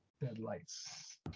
Deadlights